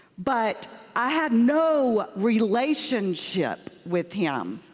but i had no relationship with him.